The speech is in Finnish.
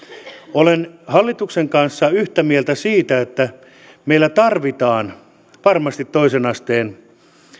olen hallituksen kanssa yhtä mieltä siitä että meillä tarvitaan varmasti toisen asteen